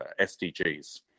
SDGs